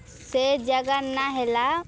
ସେ ଜାଗା ନା ହେଲା